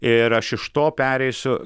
ir aš iš to pereisiu